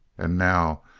and now,